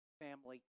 family